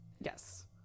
Yes